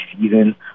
season